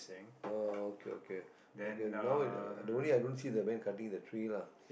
oh okay okay okay now the the only i don't see the man cutting the tree lah